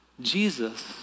Jesus